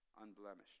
Unblemished